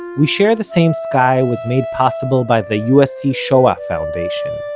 we share the same sky was made possible by the usc shoah foundation.